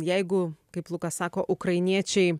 jeigu kaip luka sako ukrainiečiai